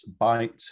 Byte